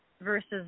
versus